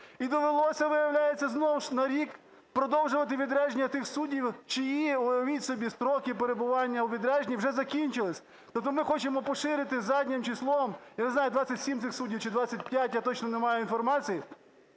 І довелося, виявляється, знову ж на рік продовжувати відрядження тих суддів, чиї, уявіть собі, строки перебування у відрядженні вже закінчилися. Тобто ми хочемо поширити заднім числом, я не знаю, 27 цих суддів, чи 25, я точно не маю інформації,